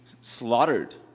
slaughtered